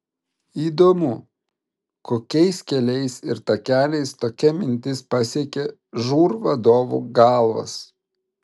įdomu kokiais keliais ir takeliais tokia mintis pasiekė žūr vadovų galvas